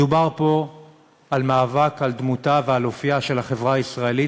מדובר פה על מאבק על דמותה ועל אופייה של החברה הישראלית